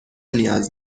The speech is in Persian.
نیاز